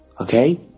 Okay